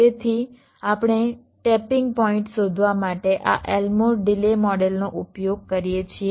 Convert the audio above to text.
તેથી આપણે tapping point શોધવા માટે આ એલ્મોર ડિલે મોડેલનો ઉપયોગ કરીએ છીએ